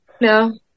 No